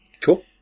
cool